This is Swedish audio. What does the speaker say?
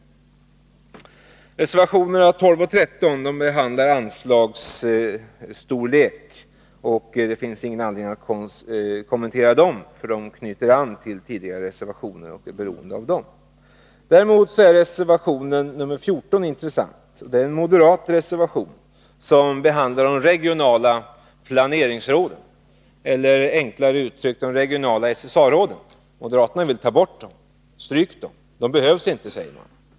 Reservationerna 12 och 13 behandlar anslagsstorlek, och det finns ingen anledning att kommentera dem, eftersom de knyter an till tidigare reservationer och är beroende av dem. Däremot är reservation 14 intressant. Det är en moderat reservation, som behandlar de regionala planeringsråden eller, enklare uttryckt, de regionala SSA-råden. Stryk dem, de behövs inte, säger moderaterna.